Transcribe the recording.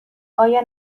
آیا